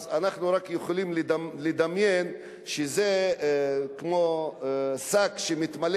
אז אנחנו רק יכולים לדמיין שזה כמו שק שמתמלא